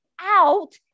out